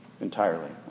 entirely